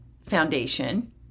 foundation